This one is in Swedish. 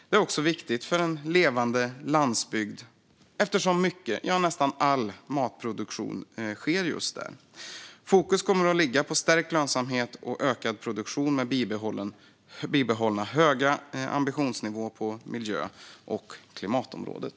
Den är också viktig för en levande landsbygd eftersom mycket, ja, nästan all, matproduktion sker just där. Fokus kommer att ligga på stärkt lönsamhet och ökad produktion med bibehållen hög ambitionsnivå på miljö och klimatområdet.